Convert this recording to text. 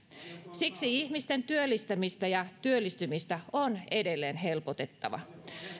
siksi ihmisten työllistämistä ja työllistymistä on edelleen helpotettava